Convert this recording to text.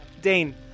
Dane